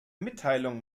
mitteilung